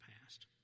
past